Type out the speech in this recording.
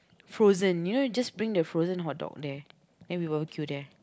frozen you know just bring the frozen hot dog there then we barbecue there